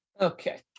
Okay